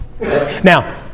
Now